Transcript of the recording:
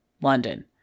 london